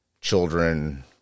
children